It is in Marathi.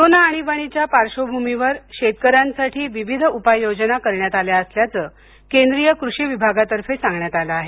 कोरोना आणीबाणीच्या पार्श्वभूमीवरशेतकऱ्यांसाठी विविध उपाययोजना करण्यात आल्या असल्याचं केंद्रीय कृषी विभागातर्फे सांगण्यात आलं आहे